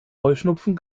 heuschnupfen